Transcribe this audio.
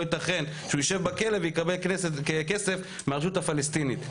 לא ייתכן שהוא יושב בכלא והוא יקבל כסף מהרשות הפלסטינית,